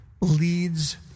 leads